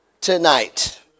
tonight